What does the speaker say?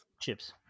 chips